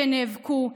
שנאבקו,